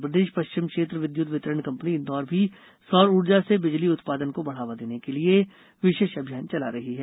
मध्यप्रदेश पश्चिम क्षेत्र विद्युत वितरण कंपनी इंदौर भी सौर ऊर्जा से बिजली उत्पादन को बढ़ावा देने के लिए विशेष अभियान चला रही है